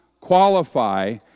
qualify